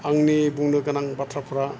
आंनि बुंनो गोनां बाथ्राफ्रा